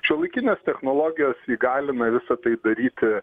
šiuolaikinės technologijos įgalina visa tai daryti